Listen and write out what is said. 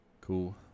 Cool